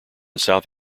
south